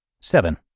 Seven